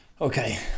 okay